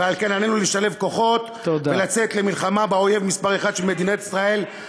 ועל כן עלינו לשלב כוחות ולצאת למלחמה באויב מספר אחת של מדינת ישראל,